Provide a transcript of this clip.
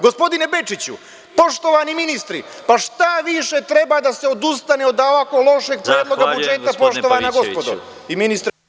Gospodine Bečiću, poštovani ministre, pa šta više treba da se odustane od ovako lošeg Predloga budžeta, poštovana gospodo i ministre Vujoviću?